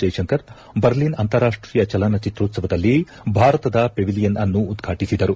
Jaishankar Berlin ಅಂತಾರಾಷ್ಟೀಯ ಚಲನಚಿತ್ರೋತ್ಪವದಲ್ಲಿ ಭಾರತದ ಪೆವಿಲಿಯನ್ ಅನ್ನು ಉದ್ಘಾಟಿಸಿದರು